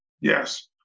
Yes